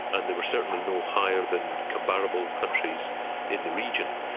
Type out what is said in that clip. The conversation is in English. and they were certainly no higher than comparable countries in the region.